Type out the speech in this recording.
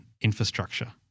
infrastructure